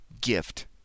gift